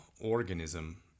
Organism